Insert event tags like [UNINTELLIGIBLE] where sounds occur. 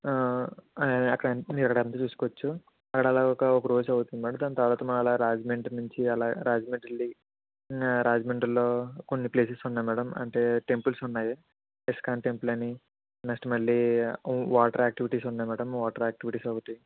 [UNINTELLIGIBLE] అక్కడ అంత చూసుకోవచ్చు అక్కడ అలా ఒక ఒక రోజు అవుతుంది మేడం దాని తర్వాత మల రాజమండ్రి నుంచి అలా రాజమండ్రిలో రాజమండ్రిలో కొన్నిప్లేసెస్ ఉన్నాయి మేడం అంటే టెంపుల్స్ ఉన్నాయి ఇస్కాన్ టెంపుల్ అని నెక్స్ట్ మళ్ళీ వాటర్ యాక్టివిటీస్ ఉన్నాయి మేడం వాటర్ యాక్టివిటీస్ ఒకటి